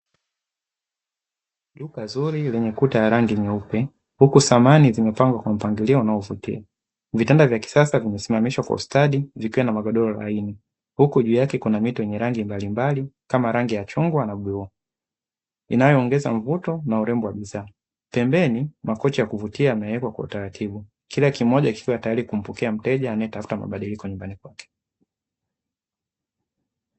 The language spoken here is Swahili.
Duka zuri lenye kuta za rangi nyeupe huku samani zimepangwa kwenye mpangilio unaofikika vitanda vya kisasda vimesimamishwa kwa ustadi, vikiwa na magodoro laini huku juu yake kuna mito ya rangi mbalimbali kama rangi ya chungwa nabluu inayoongeza mvutowa bidhaa pembeni makochi ya kuvutias yamewekwa kwa utatatibu kila kimoja kikiwa tayari kumpokea mteja anayetafuta mabadiliko nyumbani kwake.